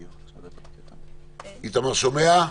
איתמר, שומע?